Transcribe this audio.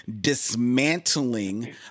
dismantling